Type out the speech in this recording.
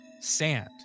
sand